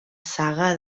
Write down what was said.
saga